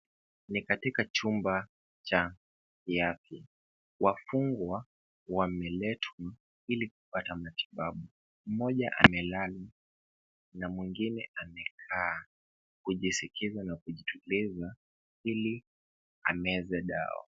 Ni katika chumba cha kiafya, wafungwa wameletwa ili kupata matibabu. Mmoja amelala na mwingine amekaa kujisikiza na kujituliza ili ameze dawa.